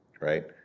right